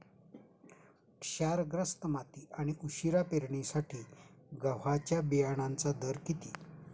क्षारग्रस्त माती आणि उशिरा पेरणीसाठी गव्हाच्या बियाण्यांचा दर किती?